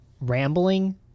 rambling